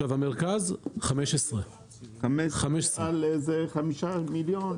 במרכז 15. 15 על 5 מיליון?